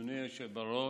אדוני היושב בראש,